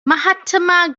mahatma